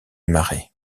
marais